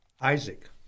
Isaac